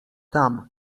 tam